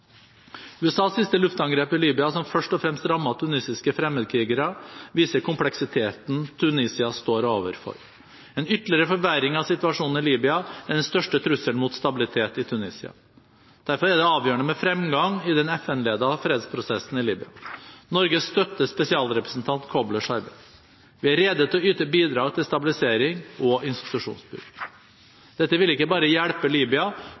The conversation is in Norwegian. USAs siste luftangrep i Libya, som først og fremst rammet tunisiske fremmedkrigere, viser kompleksiteten Tunisia står overfor. En ytterligere forverring av situasjonen i Libya er den største trusselen mot stabilitet i Tunisia. Derfor er det avgjørende med fremgang i den FN-ledede fredsprosessen i Libya. Norge støtter spesialrepresentant Koblers arbeid. Vi er rede til å yte bidrag til stabilisering og institusjonsbygging. Dette vil ikke bare hjelpe Libya,